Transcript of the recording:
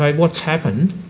what's happened?